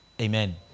Amen